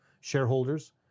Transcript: shareholders